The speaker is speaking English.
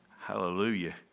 Hallelujah